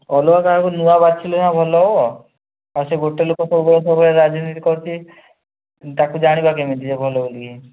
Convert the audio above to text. ଅଲଗା କାହାକୁ ନୂଆ ବାଛିଲେ ସିନା ଭଲ ହେବ ଆଉ ସେ ଗୋଟିଏ ଲୋକ ସବୁବେଳେ ସବୁବେଳେ ରାଜନୀତି କରୁଛି ତାକୁ ଜାଣିବା କେମିତି ସେ ଭଲ ବୋଲିକରି